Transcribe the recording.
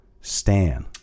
Stan